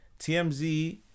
TMZ